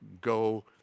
go